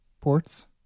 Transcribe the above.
ports